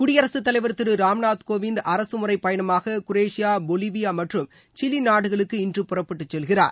குடியரசுத் தலைவர் திரு ராம்நாத் கோவிந்த் அரசு முறைப்பயணமாக குரேஷியா பொலிலியா மற்றும் சிலி நாடுகளுக்கு இன்று புறப்பட்டு செல்கிறார்